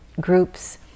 groups